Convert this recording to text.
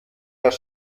das